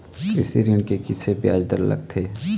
कृषि ऋण के किसे ब्याज दर लगथे?